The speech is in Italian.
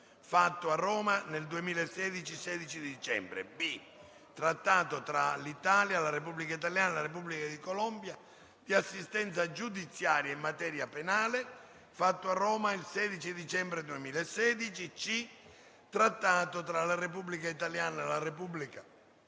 fatto a Roma il 16 dicembre 2016; b) Trattato tra la Repubblica italiana e la Repubblica di Colombia di assistenza giudiziaria in materia penale, fatto a Roma il 16 dicembre 2016; c) Trattato tra la Repubblica italiana e la Repubblica